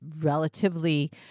relatively